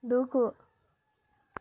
దూకు